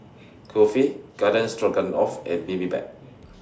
Kulfi Garden Stroganoff and Bibimbap